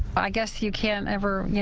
i guess you can't ever